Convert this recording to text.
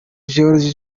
george